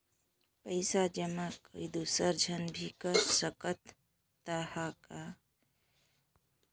पइसा जमा कोई दुसर झन भी कर सकत त ह का?